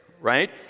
right